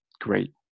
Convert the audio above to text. great